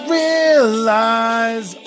realize